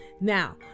Now